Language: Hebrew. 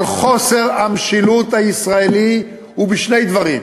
אבל חוסר המשילות הישראלי הוא בשני דברים: